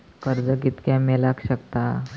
कर्ज कितक्या मेलाक शकता?